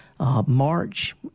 March